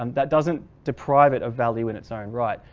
and that doesn't deprive it of value in its own right.